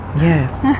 Yes